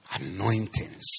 anointings